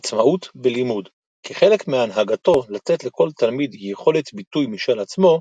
עצמאות בלימוד – כחלק מהנהגתו לתת לכל תלמיד יכולת ביטוי משל עצמו,